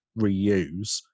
reuse